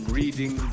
reading